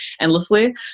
endlessly